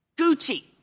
Gucci